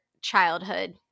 childhood